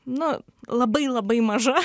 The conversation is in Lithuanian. nu labai labai maža